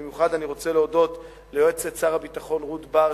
במיוחד אני רוצה להודות ליועצת שר הביטחון רות בר,